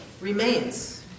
remains